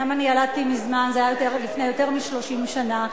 אומנם ילדתי מזמן, זה היה לפני יותר מ-30 שנה,